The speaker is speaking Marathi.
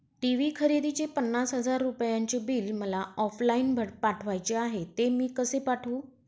टी.वी खरेदीचे पन्नास हजार रुपयांचे बिल मला ऑफलाईन पाठवायचे आहे, ते मी कसे पाठवू?